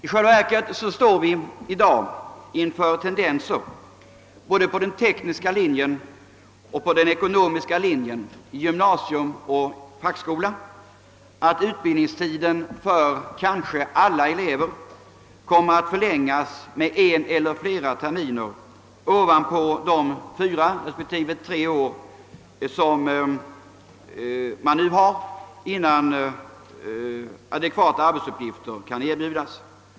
I själva verket står vi i dag inför tendenser både på den tekniska och ekonomiska linjen i gymnasium och fackskola att utbildningstiden för kanske alla elever kommer att förlängas med en eller flera terminer utöver de fyra respektive tre år som nu förflyter innan adekvata arbetsuppgifter kan erbjudas.